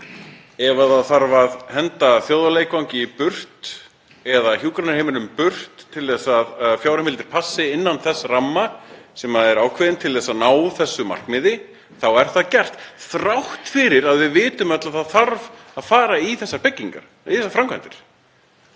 Ef það þarf að henda þjóðarleikvangi í burt eða hjúkrunarheimilum burt til þess að fjárheimildir passi innan þess ramma sem er ákveðinn til að ná þessu markmiði, er það gert. Það er gert þrátt fyrir að við vitum öll að það þarf að fara í þessar byggingar eða framkvæmdir